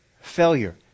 failure